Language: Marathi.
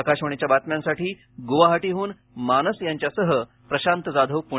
आकाशवाणीच्या बातम्यांसाठी गुवाहाटीहून मानस यांच्यासह प्रशांत जाधव पुणे